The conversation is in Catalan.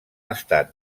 estat